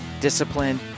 discipline